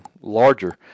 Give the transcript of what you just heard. larger